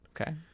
okay